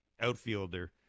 outfielder